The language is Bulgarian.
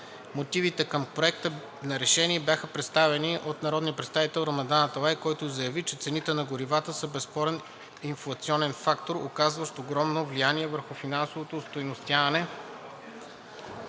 Мотивите към Проекта на решение бяха представени от народния представител Рамадан Аталай, който заяви, че цените на горивата са безспорен инфлационен фактор, оказващ огромно влияние върху финансовото остойностяване